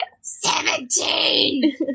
Seventeen